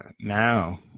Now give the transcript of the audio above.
Now